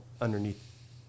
underneath